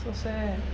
so sad